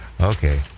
Okay